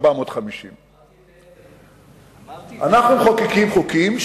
450. אנחנו מחוקקים חוקים,